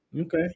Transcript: Okay